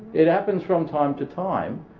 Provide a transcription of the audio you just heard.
it happens from time to time.